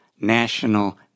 National